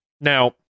Now